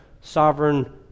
sovereign